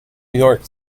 york